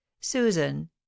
Susan